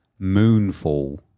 Moonfall